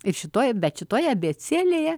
ir šitoje bet šitoje abėcėlėje